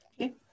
Okay